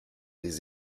des